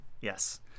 Yes